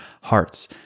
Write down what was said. hearts